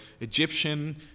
Egyptian